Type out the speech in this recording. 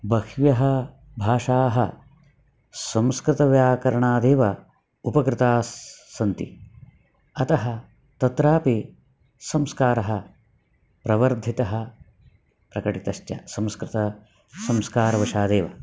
बह्व्यः भाषाः संस्कृतव्याकरणादेव उपकृताः सन्ति अतः तत्रापि संस्कारः प्रवर्धितः प्रकटितश्च संस्कृतं संस्कारवशादेव